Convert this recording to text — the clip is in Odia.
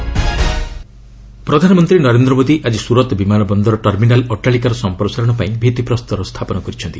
ପିଏମ ସୁରତ୍ ପ୍ରଧାନମନ୍ତ୍ରୀ ନରେନ୍ଦ୍ର ମୋଦି ଆଜି ସୁରତ୍ ବିମାନବନ୍ଦର ଟର୍ମିନାଲ ଅଟ୍ଟାଳିକାର ସମ୍ପ୍ରସାରଣ ପାଇଁ ଭିଭିପ୍ରସ୍ତର ସ୍ଥାପନ କରିଛନ୍ତି